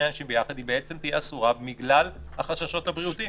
אנשים יחד היא בעצם תהיה אסורה בגלל החששות הבריאותיים.